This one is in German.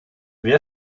wer